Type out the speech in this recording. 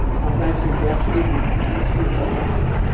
sometimes you will be actually doing some useful you know but